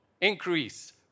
increase